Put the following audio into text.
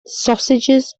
sausages